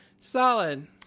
solid